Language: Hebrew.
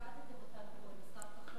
זה